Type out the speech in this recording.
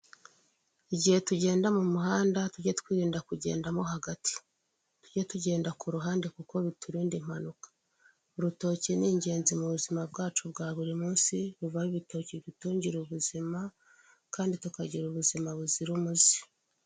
Igihe tugenda mu muhanda, tujye twirinda kugendamo hagati. Tujye tugenda ku ruhande kuko biturinda impanuka. Urutoki ni ingenzi mu buzima bwacu bwa buri munsi, ruvaho ibitoki bidutungira ubuzima kandi tukagira ubuzima buzira umuze.